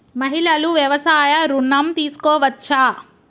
మహిళలు వ్యవసాయ ఋణం తీసుకోవచ్చా?